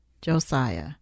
Josiah